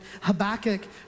Habakkuk